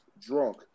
drunk